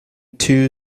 two